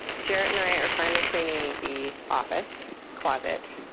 jarrett and i are finally cleaning the office closet.